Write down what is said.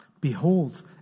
Behold